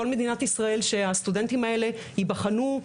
מדינת ישראל שהסטודנטים האלה ייבחנו,